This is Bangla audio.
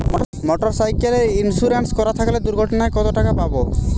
মোটরসাইকেল ইন্সুরেন্স করা থাকলে দুঃঘটনায় কতটাকা পাব?